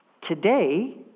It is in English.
today